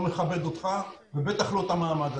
לא מכבד אותך ובטח לא את המעמד הזה.